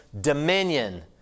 dominion